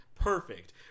perfect